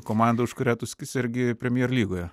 komandą už kurią tu sergi premier lygoje